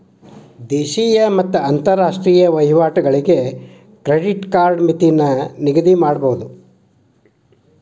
ದೇಶೇಯ ಮತ್ತ ಅಂತರಾಷ್ಟ್ರೇಯ ವಹಿವಾಟುಗಳಿಗೆ ಕ್ರೆಡಿಟ್ ಕಾರ್ಡ್ ಮಿತಿನ ನಿಗದಿಮಾಡಬೋದು